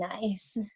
nice